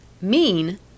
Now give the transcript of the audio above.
Mean